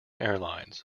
airlines